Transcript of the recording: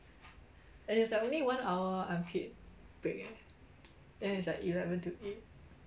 and it's like only one hour unpaid break eh then it's like eleven to eight